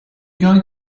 going